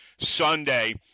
Sunday